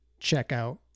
checkout